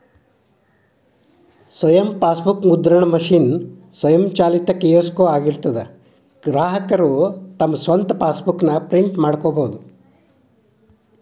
ಸ್ವಯಂ ಫಾಸ್ಬೂಕ್ ಮುದ್ರಣ ಮಷೇನ್ ಸ್ವಯಂಚಾಲಿತ ಕಿಯೋಸ್ಕೊ ಆಗಿರ್ತದಾ ಗ್ರಾಹಕರು ತಮ್ ಸ್ವಂತ್ ಫಾಸ್ಬೂಕ್ ನ ಪ್ರಿಂಟ್ ಮಾಡ್ಕೊಬೋದು